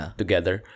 together